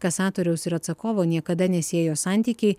kasatoriaus ir atsakovo niekada nesiejo santykiai